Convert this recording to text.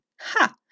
Ha